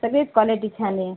सगळीच कॉलिटी छान आहे